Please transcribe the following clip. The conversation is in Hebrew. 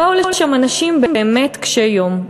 באו לשם אנשים באמת קשי יום,